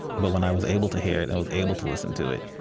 but when i was able to hear it, i was able to listen to it,